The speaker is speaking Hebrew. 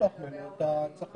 --- אתה רוצה